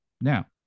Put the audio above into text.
now